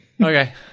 Okay